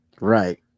right